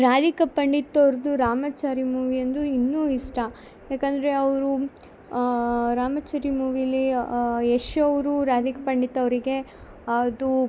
ರಾಧಿಕಾ ಪಂಡಿತೋರ್ದು ರಾಮಚಾರಿ ಮೂವಿ ಅಂದ್ರು ಇನ್ನೂ ಇಷ್ಟ ಯಾಕಂದರೆ ಅವರು ರಾಮಾಚಾರಿ ಮೂವಿಲಿ ಯಶ್ ಅವರು ರಾಧಿಕಾ ಪಂಡಿತವರಿಗೆ ಅದು